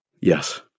Yes